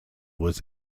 was